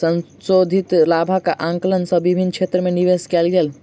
संशोधित लाभक आंकलन सँ विभिन्न क्षेत्र में निवेश कयल गेल